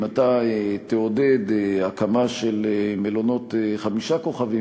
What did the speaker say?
אם אתה תעודד הקמה של מלונות חמישה כוכבים